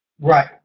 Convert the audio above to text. Right